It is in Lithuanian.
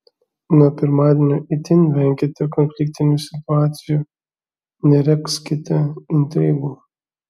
nuo pirmadienio itin venkite konfliktinių situacijų neregzkite intrigų